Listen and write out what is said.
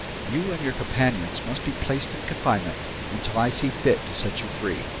you and your companions must be placed in confinement until i see fit to set you free.